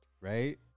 right